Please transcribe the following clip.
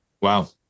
wow